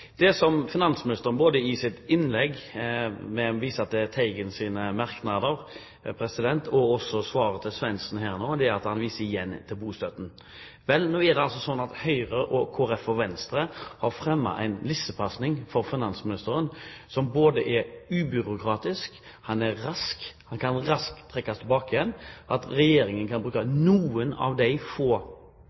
Det som finansministeren gjør, både i innlegget sitt ved å vise til Teigens merknader og i svaret til Svendsen her nå, er igjen å vise til bostøtten. Vel, nå har Høyre, Kristelig Folkeparti og Venstre servert en lissepasning til finansministeren som både er ubyråkratisk og rask og raskt kan trekkes tilbake igjen. Regjeringen kan bruke noen av de få